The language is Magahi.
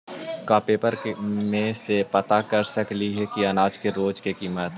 का पेपर में से पता कर सकती है अनाज के रोज के किमत?